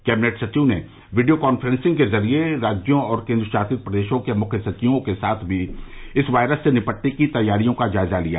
cabinet सचिव ने video conferencing के जरिए राज्यों और केंद्रशासित प्रदेशों के मुख्य सचिवों के साथ भी इस वायरस से निपटने की तैयारियों का जायजा लिया